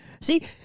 See